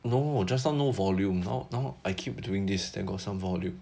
no just now no volume now now I keep doing this then got some volume